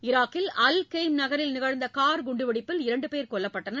ஈராக்கில் Al Qaim நகரில் நிகழ்ந்த கார் குண்டு வெடிப்பில் இரண்டு பேர் கொல்லப்பட்டனர்